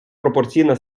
пропорційна